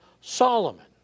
Solomon